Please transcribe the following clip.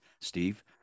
Steve